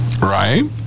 Right